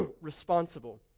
Responsible